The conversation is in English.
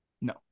No